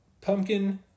Pumpkin